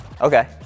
Okay